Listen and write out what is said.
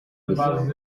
gusa